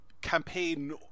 campaign